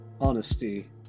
honesty